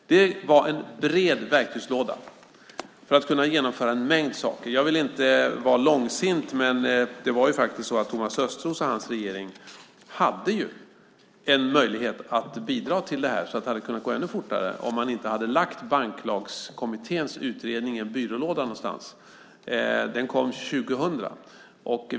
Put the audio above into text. Det var bredd i verktygslådan för att kunna genomföra en mängd saker. Jag vill inte vara långsint, men Thomas Östros och hans regering hade ju en möjlighet att bidra till att det hade kunnat gå ännu fortare, om man inte hade lagt Banklagskommitténs utredning i en byrålåda någonstans. Den kom år 2000.